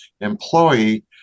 employee